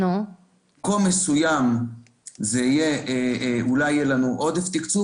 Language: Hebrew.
במקום מסוים אולי יהיה לנו עודף תקצוב